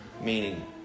meaning